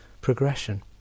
progression